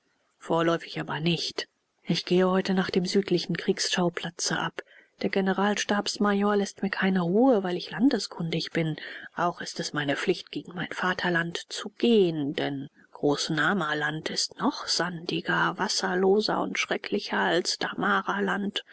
vorläufig aber nicht ich gehe heute nach dem südlichen kriegsschauplatze ab der generalstabsmajor läßt mir keine ruhe weil ich landeskundig bin auch ist es meine pflicht gegen mein vaterland zu gehen denn großnamaland ist noch sandiger wasserloser und schrecklicher als damaraland